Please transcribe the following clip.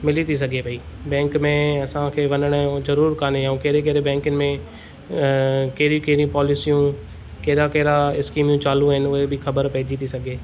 मिली थी सघे पई बैंक में असांखे वञणो ज़रूरु कान्हे ऐं कहिड़े कहिड़े बैंकनि में कहिड़ियूं कहिड़ियूं पॉलिसियूं कहिड़ा कहिड़ा स्कीमियूं चालू आहिनि उहे बि ख़बरु पइजी थी सघे